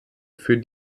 für